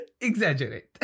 Exaggerate